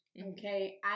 Okay